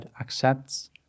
accepts